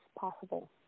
possible